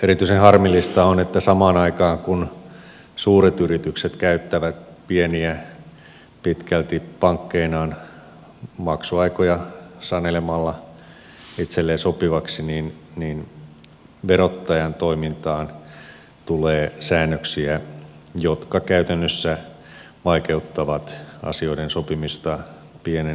erityisen harmillista on että samaan aikaan kun suuret yritykset käyttävät pieniä pitkälti pankkeinaan sanelemalla maksuaikoja itselleen sopiviksi niin verottajan toimintaan tulee säännöksiä jotka käytännössä vaikeuttavat asioiden sopimista pienen yrittäjän ja verottajan välillä